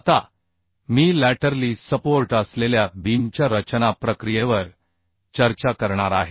आता मी laterally support असलेल्या बीमच्या रचना प्रक्रियेवर चर्चा करणार आहे